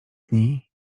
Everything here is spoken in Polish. dni